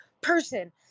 person